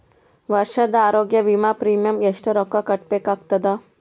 ವರ್ಷದ ಆರೋಗ್ಯ ವಿಮಾ ಪ್ರೀಮಿಯಂ ಎಷ್ಟ ರೊಕ್ಕ ಕಟ್ಟಬೇಕಾಗತದ?